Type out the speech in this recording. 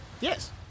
Yes